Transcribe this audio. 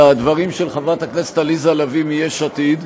לדברים של חברת הכנסת עליזה לביא מיש עתיד,